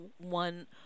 one